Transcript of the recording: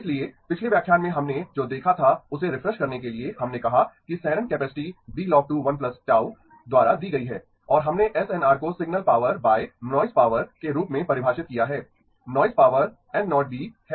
इसलिए पिछले व्याख्यान में हमने जो देखा था उसे रिफ्रेश करने के लिए हमने कहा कि शैनन कैपेसिटी Blo g2 1 Γ द्वारा दी गई है और हमने एसएनआर को signal power by noise power के रूप में परिभाषित किया है नॉइज़ पॉवर N 0 B❑ है